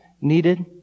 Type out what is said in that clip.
needed